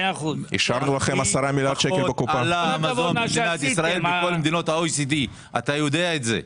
הכי פחות עלה המזון במדינת ישראל מכל מדינות OECD. אתה יודע את זה.